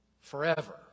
Forever